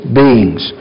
beings